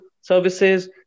services